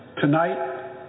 Tonight